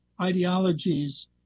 ideologies